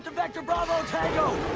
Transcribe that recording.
vector bravo tango!